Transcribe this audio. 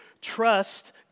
trust